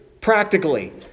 practically